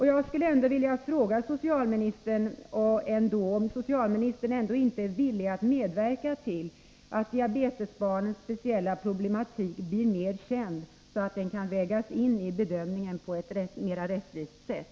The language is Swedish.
Jag skulle vilja fråga socialministern, om han ändå inte är villig att medverka till att diabetesbarnens speciella problematik blir mer känd, så att den kan vägas in i bedömningen på ett mera rättvist sätt.